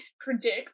predict